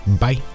Bye